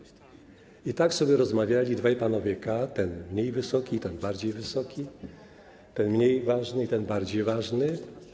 I tak sobie rozmawiali dwaj panowie K. - ten mniej wysoki i ten bardziej wysoki, ten mniej ważny i ten bardziej ważny.